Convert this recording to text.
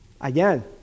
Again